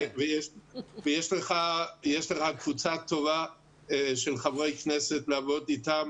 יש לך קבוצה טובה של חברי כנסת לעבוד איתם.